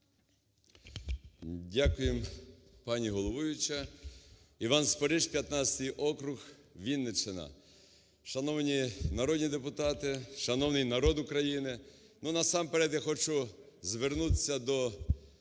Дякую, пані головуюча. Іван Спориш, 15-й округ, Вінниччина. Шановні народні депутати! Шановний народ України! Насамперед, я хочу звернутися,